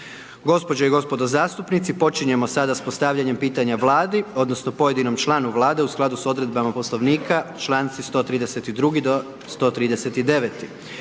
Gospođe i gospodo zastupnici, počinjemo sada s postavljanjem pitanja Vladi, odnosno pojedinom članu vlade u skladu sa odredbama poslovnika, članci 132.-139.